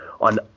on